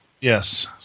Yes